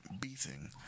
beating